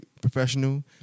professional